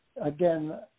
again